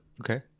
Okay